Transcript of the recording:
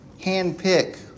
handpick